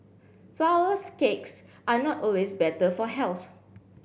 flour less cakes are not always better for health